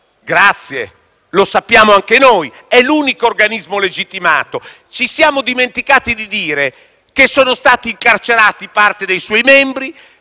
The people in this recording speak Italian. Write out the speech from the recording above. Grazie, lo sappiamo anche noi: è l'unico organismo legittimato. Ci siamo dimenticati di dire che parte dei suoi membri